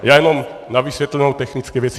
Já jenom na vysvětlenou technické věci.